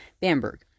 Bamberg